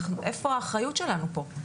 איפה האחריות שלנו פה?